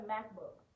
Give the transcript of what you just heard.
MacBook